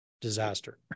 Disaster